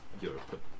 Europe